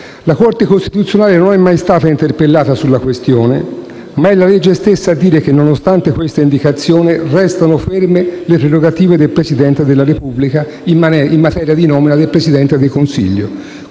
La Corte costituzionale non è mai stata interpellata sulla questione, ma è la legge stessa a dire che, nonostante questa indicazione, «restano ferme le prerogative del Presidente della Repubblica» in materia di nomina del Presidente del Consiglio.